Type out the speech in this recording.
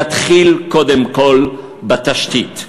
יתחיל קודם כול בתשתית.